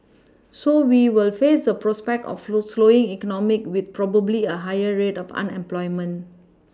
so we will face the prospect of the slowing economy with probably a higher rate of unemployment